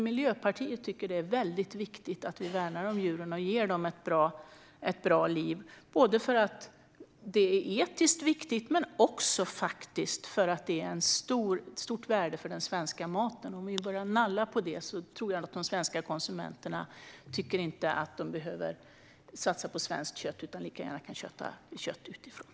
Miljöpartiet tycker dock att det är väldigt viktigt att värna djuren och ge dem ett bra liv, både för att det är etiskt viktigt och för att det faktiskt ger den svenska maten ett stort värde. Om vi börjar nalla på det här tror jag att de svenska konsumenterna inte tycker att de behöver satsa på svenskt kött utan lika gärna kan köpa kött utifrån.